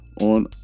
on